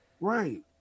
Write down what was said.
Right